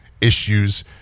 issues